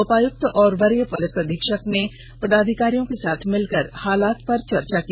उपायुक्त और वरीय पुलिस अधीक्षक ने वरीय पदाधिकारियों के साथ मिलकर हालात पर चर्चा की